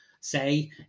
say